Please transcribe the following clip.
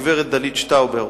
גברת דלית שטאובר,